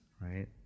right